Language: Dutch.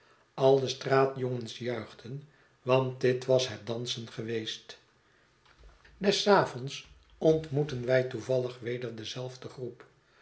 al de straatjongens juichten want dit was het dansen geweest des avonds ontmoetten wij toevallig weder dezelfde groep